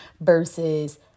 versus